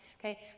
okay